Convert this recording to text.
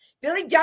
Billy